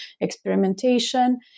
experimentation